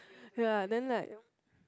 ya then like